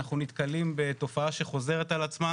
אנחנו נתקלים בתופעה שחוזרת על עצמה